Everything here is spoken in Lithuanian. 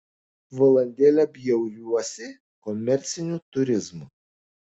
valandėlę bjauriuosi komerciniu turizmu